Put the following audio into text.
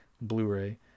Blu-ray